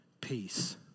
peace